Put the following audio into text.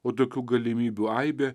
o dokių galimybių aibė